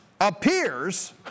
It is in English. appears